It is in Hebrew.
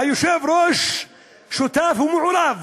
והיושב-ראש שותף ומעורב